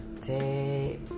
day